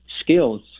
skills